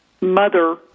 mother